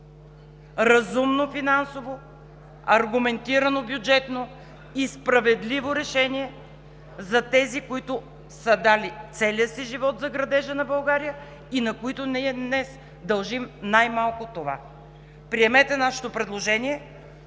разумно финансово, аргументирано бюджетно и справедливо решение за тези, които са дали целия си живот за градежа на България и на които ние днес дължим най-малко това. Приемете нашето предложение